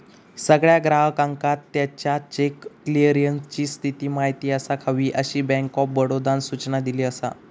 सगळ्या ग्राहकांका त्याच्या चेक क्लीअरन्सची स्थिती माहिती असाक हवी, अशी बँक ऑफ बडोदानं सूचना दिली असा